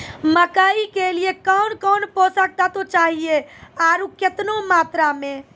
मकई के लिए कौन कौन पोसक तत्व चाहिए आरु केतना मात्रा मे?